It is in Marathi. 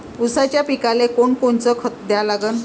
ऊसाच्या पिकाले कोनकोनचं खत द्या लागन?